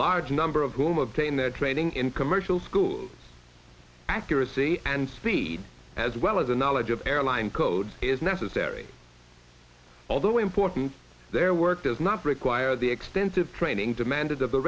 large number of whom obtain their training in commercial school accuracy and speed as well as a knowledge of airline code is necessary although important their work does not require the extensive training demanded of the